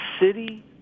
city